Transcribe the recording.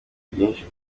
byinshi